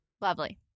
Lovely